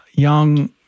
young